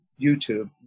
youtube